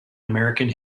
american